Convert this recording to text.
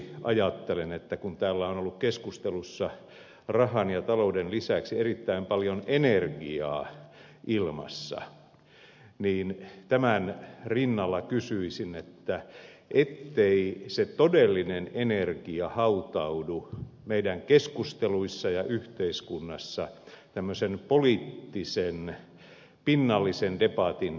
kun täällä keskustelussa on ollut rahan ja talouden lisäksi erittäin paljon energiaa ilmassa niin tämän rinnalla kysyisin että eihän se todellinen energia hautaudu meidän keskusteluissamme ja yhteiskunnassa tämmöisen poliittisen pinnallisen debatin jalkoihin